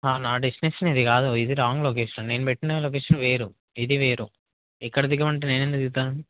నా డెస్టినేేషన్ ఇది కాదు ఇది రాంగ్ లొకేషన్ నేను పెట్టిన లొకేషన్ వేరు ఇది వేరు ఇక్కడ దిగమంటే నేనెందుకు దిగుతాను